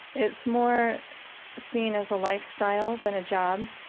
it's more seen as a lifestyle than a job.